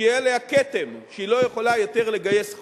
שיהיה עליה כתם שהיא לא יכולה יותר לגייס חוב,